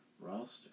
roster